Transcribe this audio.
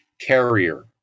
carrier